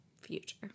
future